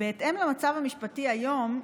בהתאם למצב המשפטי היום,